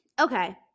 Okay